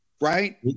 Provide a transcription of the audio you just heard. right